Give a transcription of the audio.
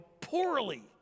poorly